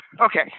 Okay